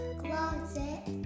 closet